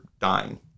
dying